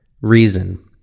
reason